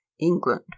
England